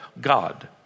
God